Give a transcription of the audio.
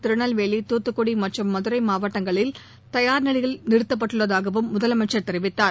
திருநெல்வேலி துத்துக்குடி மற்றும் மதுரை மாவட்டங்களில் தயார் நிலையில் நிறுத்தப்பட்டுள்ளதாகவும் முதலமைச்சர் தெரிவித்தார்